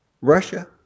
Russia